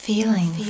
Feeling